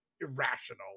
irrational